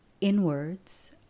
inwards